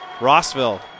Rossville